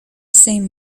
same